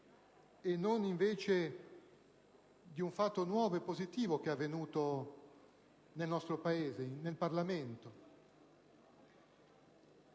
e non invece di un fatto nuovo e positivo avvenuto nel nostro Paese e nel Parlamento.